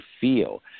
feel